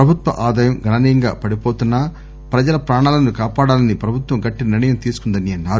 ప్రభుత్వ ఆదాయం గణనీయంగా పడిపోతున్నా ప్రజల ప్రాణాలను కాపాడాలని ప్రభుత్వం గట్టి నిర్ణయం తీసుకుందని అన్నారు